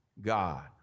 God